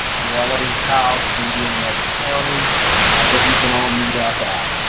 relatives' house, maybe in another county that you can all meet up at.